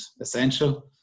essential